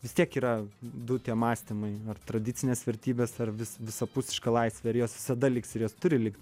vis tiek yra du tie mąstymai ar tradicinės vertybės ar vis visapusiška laisvė ir jos visada liks ir jos turi likti